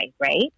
right